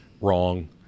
Wrong